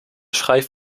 schijf